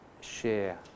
share